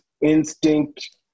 instinct